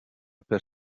per